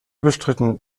bestritten